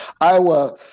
Iowa